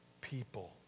people